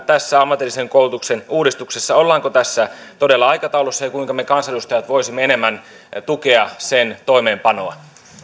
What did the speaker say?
tässä ammatillisen koulutuksen uudistuksessa todella aikataulussa ja kuinka me kansanedustajat voisimme enemmän tukea sen toimeenpanoa